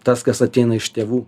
tas kas ateina iš tėvų